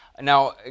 Now